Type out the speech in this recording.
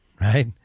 Right